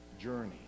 journey